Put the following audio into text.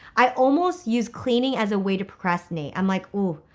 i almost use cleaning as a way to procrastinate. i'm like, oh,